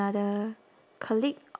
~ther colleague